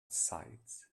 sides